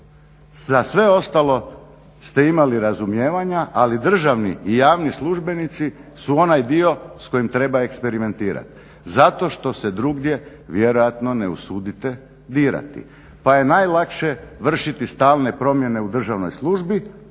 Za sve ostalo ste imali razumijevanja ali državni i javni službenici su onaj dio s kojim treba eksperimentirati, zato što se drugdje vjerojatno ne usudite dirati pa je najlakše vršiti stalne promjene u državnoj službi,